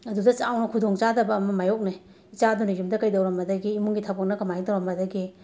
ꯑꯗꯨꯗ ꯆꯥꯎꯅ ꯈꯨꯗꯣꯡꯆꯥꯗꯕ ꯑꯃ ꯃꯥꯌꯣꯛꯅꯩ ꯏꯆꯥꯗꯨꯅ ꯌꯨꯝꯗ ꯀꯩꯗꯧꯔꯝꯃꯗꯒꯦ ꯏꯃꯨꯡꯒꯤ ꯊꯕꯛꯅ ꯀꯃꯥꯏꯅ ꯇꯧꯔꯝꯃꯗꯒꯦ